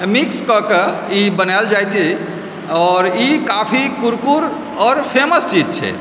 mix कए कऽ ई बनायल जाइत अइ आओर ई काफी कुरकुर आओर फेमस चीज छै